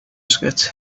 gets